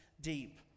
deep